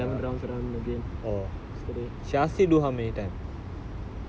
so hopefully all went s~ was good yesterday I also went eleven rounds again